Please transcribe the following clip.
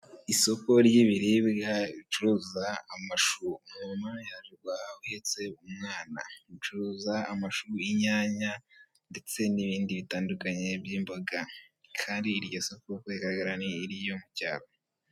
Isoko ry'ibiribwa ricuruza amashu umumama yaje guhaha ahetse umwana ducuruza amashu, inyanya ndetse n'ibindi bitandukanye by'imboga kandi iryo soko uko rigaragara ni iryo mucyaro.